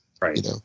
Right